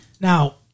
Now